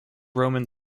roman